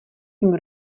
tím